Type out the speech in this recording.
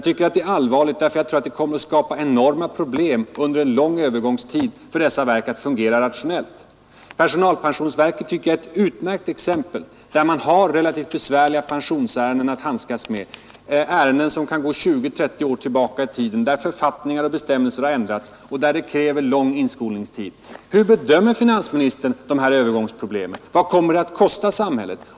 Det är allvarligt därför att det kommer att skapa enorma svårigheter under en lång övergångstid för dessa verk att fungera rationellt. Personalpensionsverket tycker jag är ett utmärkt exempel. Där har man relativt besvärliga pensionsärenden att handskas med, ärenden som kan gå 20, 30 år tillbaka i tiden. Författningar och bestämmelser har ändrats, och det krävs lång inskolningstid. Hur bedömer finansministern övergångsproblemen? Vad kommer de att kosta samhället?